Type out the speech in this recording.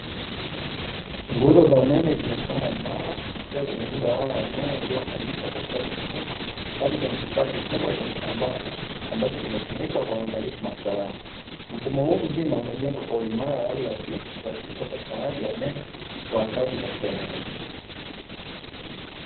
Nguzo za umeme zimesimama imara. Zikiwa zimebeba waya wa umeme uliounganishwa kwa ustadi mkubwa hadi kwenye kifaa kikubwa cha kusambaza, ambacho kimesimikwa kwa uangalifu na usalama. Mfumo huu mzima umejengwa kwa uimara wa hali ya juu kuhakikisha upatikanaji wa umeme kwa wakazi wa eneo hili.